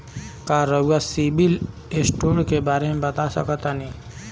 का रउआ CIBIL score के बारे में बता सकतानी?